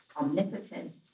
omnipotent